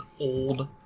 old